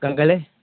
କ'ଣ କହିଲେ